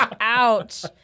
Ouch